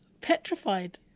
petrified